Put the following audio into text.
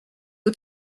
aux